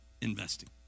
investing